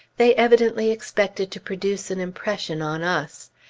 they evidently expected to produce an impression on us.